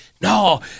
no